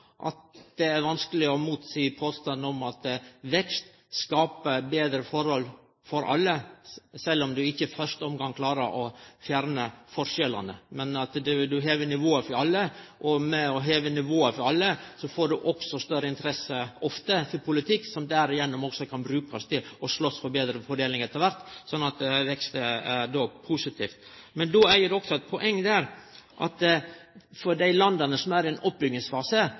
at det er vanskeleg å seie imot påstanden om at vekst skaper betre forhold for alle, sjølv om du ikkje i første omgang klarer å fjerne forskjellane. Men du hever nivået for alle, og når du gjer det, får du ofte større interesse for politikk, som også kan brukast til å slåss for betre fordeling etter kvart. Så vekst er positivt. Men det er også eit poeng der: For dei landa som er i ein oppbyggingsfase,